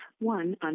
one